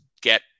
get